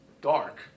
dark